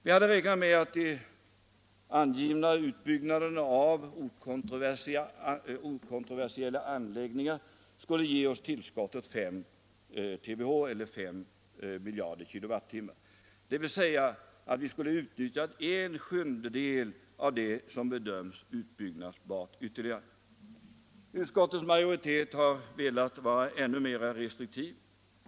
Vi hade räknat med att angivna utbyggnader av okontroversiella anläggningar skulle ge oss tillskottet 5 TWh eller 5 miljarder kWh, dvs. att vi skulle utnyttja en sjundedel av det som bedöms utbyggbart ytterligare. Utskottets majoritet har velat vara ännu mera restriktiv.